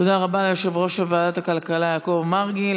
תודה רבה ליושב-ראש ועדת הכלכלה יעקב מרגי.